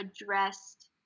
addressed